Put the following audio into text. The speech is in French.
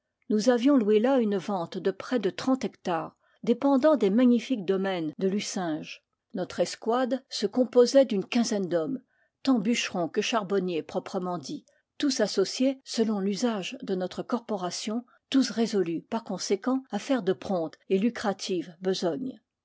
nous avions loué là une vente de près de trente hectares dépendant des magnifiques domaines de lucinge notre escouade se composait d'une quinzaine d'hommes tant bûcherons que charbonniers proprement dits tous associés selon l'usage de notre corporation tous résolus par conséquent à faire de prompte et lucrative besogne